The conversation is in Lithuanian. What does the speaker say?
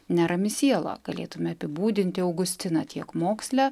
nerami siela galėtume apibūdinti augustiną tiek moksle